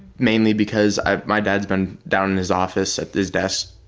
mainly because ah my dad's been down in his office at his desk